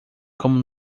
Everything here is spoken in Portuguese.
como